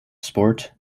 sport